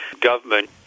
government